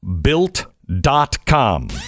built.com